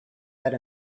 that